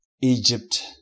Egypt